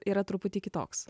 yra truputį kitoks